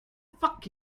fuck